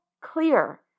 clear